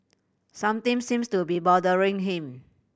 something seems to be bothering him